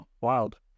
wild